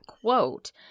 quote